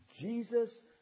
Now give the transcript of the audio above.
Jesus